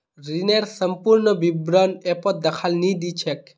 ऋनेर संपूर्ण विवरण ऐपत दखाल नी दी छेक